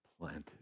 planted